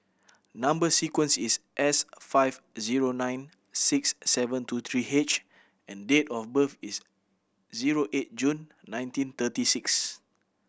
number sequence is S five zero nine six seven two three H and date of birth is zero eight June nineteen thirty six